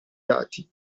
dati